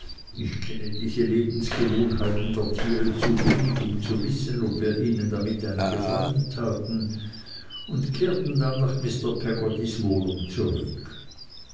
ich kenne die lebensgewohnheiten dieser tiere zu wenig um zu wissen ob wir ihnen damit einen gefallen taten und kehrten dann nach mr peggottys wohnung zurück